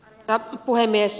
arvoisa puhemies